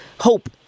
hope